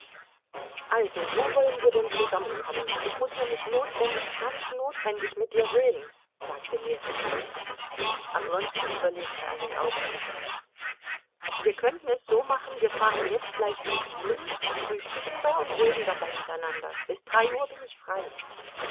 also wo wollen wir denn zusammenkommen ich muß nämlich notwendig ganz notwendig mit dir reden sagte ljewin oblonski überlegte einen augenblick wir könnten es so machen wir fahren jetzt gleich zu gurin frühstücken da und reden dabei miteinander bis drei uhr bin ich frei